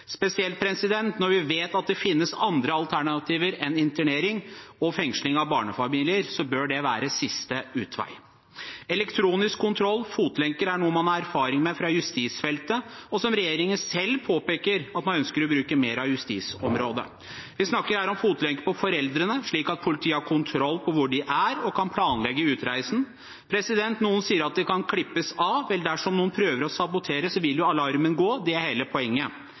Spesielt når vi vet at det finnes andre alternativer enn internering og fengsling av barnefamilier, bør det være siste utvei. Elektronisk kontroll og fotlenke er noe man har erfaring med fra justisfeltet, og som regjeringen selv påpeker at man ønsker å bruke mer av på justisområdet. Vi snakker her om fotlenke på foreldrene slik at politiet har kontroll på hvor de er og kan planlegge utreisen. Noen sier at de kan klippes av. Vel, dersom noen prøver å sabotere, vil alarmen gå. Det er hele poenget.